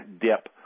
dip